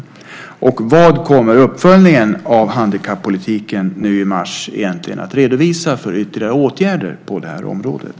Vilka ytterligare åtgärder kommer uppföljningen av handikappolitiken nu i mars att redovisa på det här området?